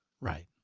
Right